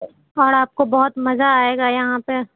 اوڑ آپ کو بہت مزہ آئے گا یہاں پہ